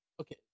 Okay